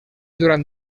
durant